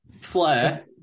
Flair